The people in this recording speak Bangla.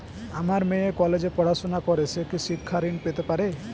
আমার মেয়ে কলেজে পড়াশোনা করে সে কি শিক্ষা ঋণ পেতে পারে?